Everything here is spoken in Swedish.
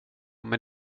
men